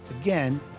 Again